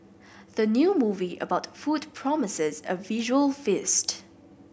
the new movie about food promises a visual feast